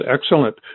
excellent